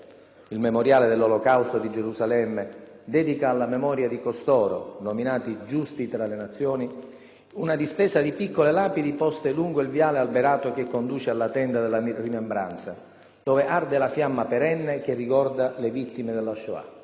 il Memoriale dell'Olocausto di Gerusalemme, dedica alla memoria di costoro, nominati «Giusti tra le nazioni», una distesa di piccole lapidi poste lungo il viale alberato che conduce alla Tenda della rimembranza, dove arde la fiamma perenne che ricorda le vittime della Shoah.